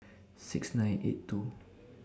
six nine eight two